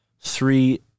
three